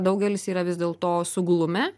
daugelis yra vis dėl to suglumę